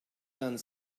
done